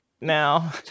now